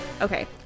okay